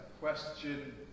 question